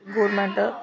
government